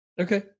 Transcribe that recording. okay